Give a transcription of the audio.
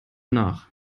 nach